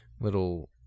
little